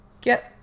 get